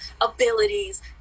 abilities